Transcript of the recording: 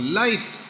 light